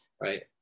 right